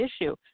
issue